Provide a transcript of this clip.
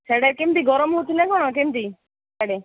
ସିଆଡ଼େ କେମିତି ଗରମ ହେଉଛି ନା କ'ଣ କେମିତି ସିଆଡ଼େ